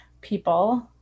people